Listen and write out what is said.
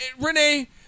Renee